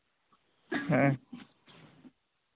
ᱦᱮᱸ